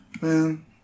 Man